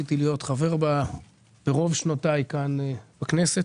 שזכיתי להיות חבר בה ברוב שנותיי כאן בכנסת.